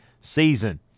season